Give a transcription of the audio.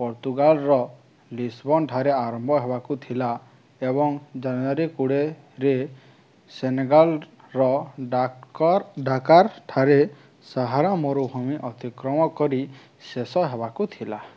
ପର୍ତ୍ତୁଗାଲ୍ର ଲିସ୍ବନ୍ଠାରେ ଆରମ୍ଭ ହେବାକୁ ଥିଲା ଏବଂ ଜାନୁଆରୀ କୋଡ଼ିଏରେ ସେନେଗାଲ୍ର ଡାକାର୍ଠାରେ ସାହାରା ମରୁଭୂମି ଅତିକ୍ରମ କରି ଶେଷ ହେବାକୁ ଥିଲା